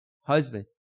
husband